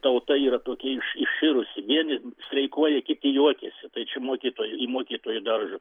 tauta yra tokia iš iširus vien streikuoja kiti juokiasi tai čia mokytojo į mokytojo daržą